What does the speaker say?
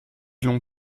l’on